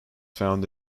found